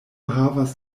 havas